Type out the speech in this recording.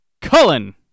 Cullen